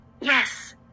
Yes